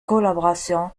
collaboration